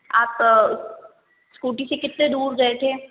आप स्कूटी से कितने दूर गए थे